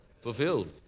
Fulfilled